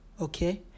okay